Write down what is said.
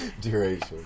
Duration